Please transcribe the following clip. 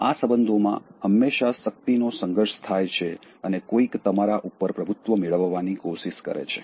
આ સબંધોમાં હંમેશા શક્તિનો સંઘર્ષ થાય છે અને કોઈક તમારા ઉપર પ્રભુત્વ મેળવવાની કોશિશ કરે છે